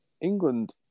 England